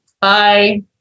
Bye